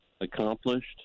accomplished